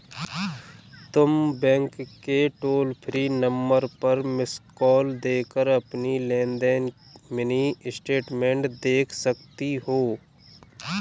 तुम बैंक के toll free number पर मिस्ड कॉल देकर भी अपनी लेन देन की मिनी स्टेटमेंट देख सकती हो